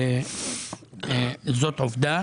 זאת עובדה.